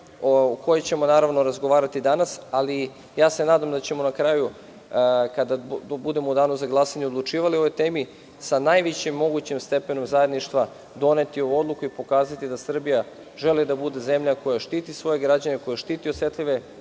o kojoj ćemo, naravno razgovarati danas, ali ja se nadam da ćemo na kraju kada budemo u danu za glasanje odlučivali o ovoj temi, sa najvećim mogućim stepenom zajedništva doneti ovu odluku i pokazati da Srbija želi da bude zemlja koja štiti svoje građane, koja štiti osetljive